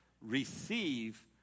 receive